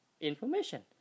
information